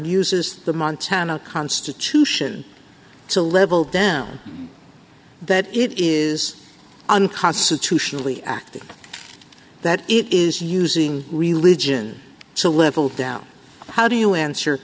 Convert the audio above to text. uses the montana constitution to level down that it is unconstitutionally active that it is using religion to level down how do you answer